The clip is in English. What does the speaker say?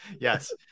Yes